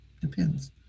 Depends